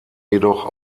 jedoch